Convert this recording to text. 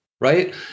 Right